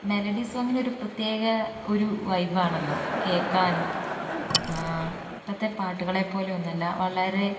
melody സോങ്ങിന് ഒരു പ്രത്യേക ഒരു വൈബാണല്ലോ കേൾക്കാനും ഇപ്പോഴത്തെ പാട്ടുകളെപ്പോലെയൊന്നുമല്ല വളരെ